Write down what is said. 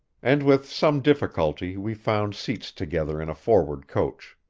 and with some difficulty we found seats together in a forward coach.